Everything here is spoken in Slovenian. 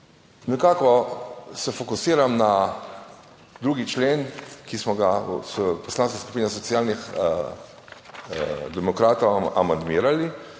nekako se fokusiram na 2. člen, ki smo ga v Poslanski skupini Socialnih demokratov amandmirali.